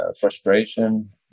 frustration